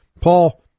Paul